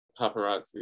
Paparazzi